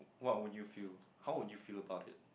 what would you feel how would you feel about it